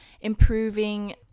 improving